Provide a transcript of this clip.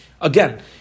Again